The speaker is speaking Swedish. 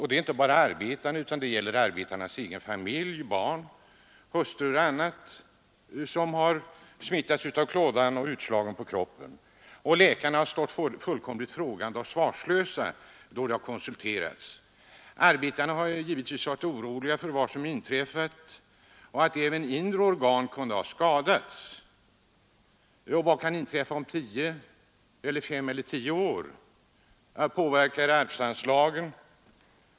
Och det gäller inte bara arbetarna själva utan också deras familjer. Hustrur och barn har smittats av klådan och utslagen. Läkarna har stått fullkomligt svarslösa då de konsulterats. Arbetarna har givetvis varit oroliga över vad som inträffat. Kanske även inre organ kunde ha skadats? Och vad kan inträffa om fem eller tio år? Påverkas kanske arvsanlagen?